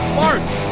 march